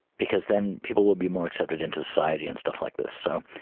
because then people will be more accepted into society and stuff like this. so